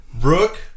Brooke